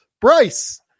Bryce